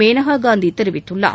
மேனகா காந்தி தெரிவித்துள்ளார்